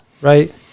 right